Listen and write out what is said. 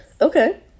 okay